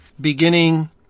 beginning